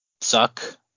suck